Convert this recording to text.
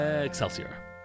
excelsior